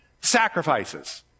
Sacrifices